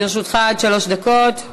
לרשותך עד שלוש דקות.